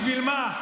בשביל מה?